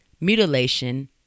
mutilation